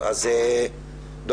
המיעוט